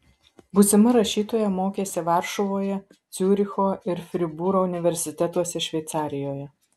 būsima rašytoja mokėsi varšuvoje ciuricho ir fribūro universitetuose šveicarijoje